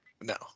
no